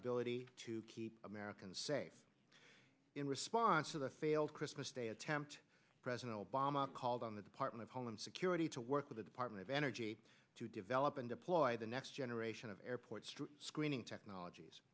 ability to keep americans safe in response to the failed christmas day attempt president obama called on the department of homeland security to work with the department of energy to develop and deploy the next generation of airport screening technologies